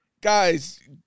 Guys